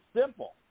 simple